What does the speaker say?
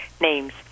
Names